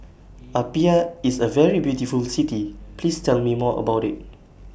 Apia IS A very beautiful City Please Tell Me More about IT